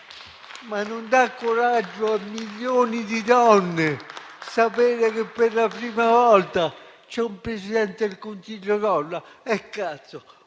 Ma non dà coraggio a milioni di donne sapere che, per la prima volta, c'è un Presidente del Consiglio donna? E cazzo,